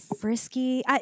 frisky